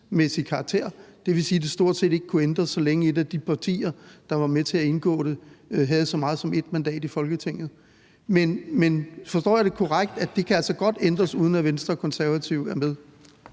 det vil sige, at det stort set ikke kunne ændres, så længe et af de partier, der var med til at indgå det, havde så meget som 1 mandat i Folketinget. Men forstår jeg det korrekt, at det altså godt kan ændres, uden at Venstre og Konservative er med?